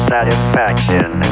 Satisfaction